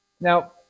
Now